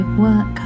work